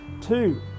Two